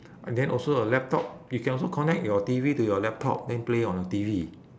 and then also your laptop you can also connect your T_V to your laptop then play on your T_V